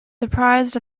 surprised